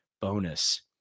bonus